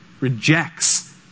rejects